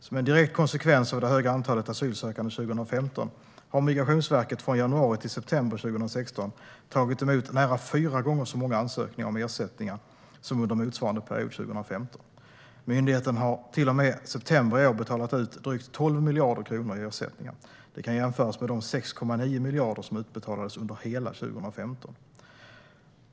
Som en direkt konsekvens av det stora antalet asylsökande 2015 har Migrationsverket från januari till september 2016 tagit emot nära fyra gånger så många ansökningar om ersättning som under motsvarande period 2015. Myndigheten har till och med september i år betalat ut drygt 12 miljarder kronor i ersättningar. Det kan jämföras med de 6,9 miljarder kronor som utbetalades under hela 2015.